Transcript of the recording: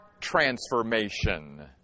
transformation